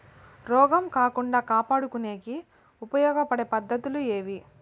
రోగం రాకుండా కాపాడుకునేకి ఉపయోగపడే పద్ధతులు ఏవి?